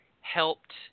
helped